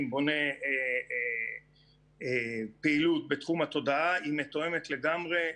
בונה פעילות בתחום התודעה היא מתואמת לגמרי.